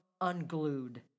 unglued